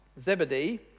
Zebedee